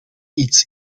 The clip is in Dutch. iets